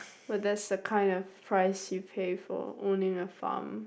what does the kind of price you pay for owning a farm